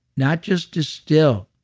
not just distill,